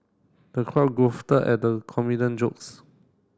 the crowd at the comedian jokes